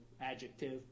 Adjective